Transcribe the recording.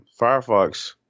Firefox